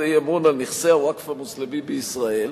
אי-אמון על נכסי הווקף המוסלמי בישראל,